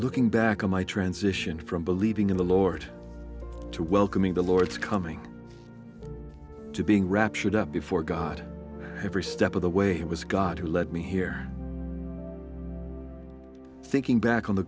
looking back on my transition from believing in the lord to welcoming the lord's coming to being raptured up before god every step of the way it was god who led me here thinking back on the